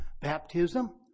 baptism